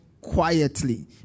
quietly